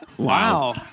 Wow